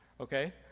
Okay